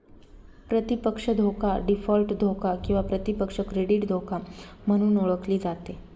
प्रतिपक्ष धोका डीफॉल्ट धोका किंवा प्रतिपक्ष क्रेडिट धोका म्हणून ओळखली जाते